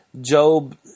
job